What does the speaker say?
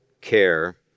care